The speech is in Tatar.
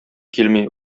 килми